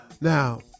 Now